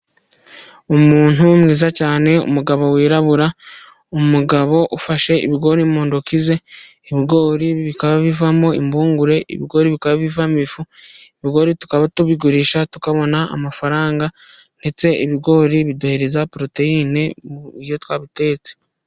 Umuntu mwiza cyane, umugabo wirabura, umugabo ufashe ibigori mu ntoki ze, ibigori bikaba bivamo impungure, ibigori bikaba bivamo ifu, ibigori tukaba tubigurisha tukabona amafaranga ndetse ibigori biduhereza poroteyine iyo twabitetse.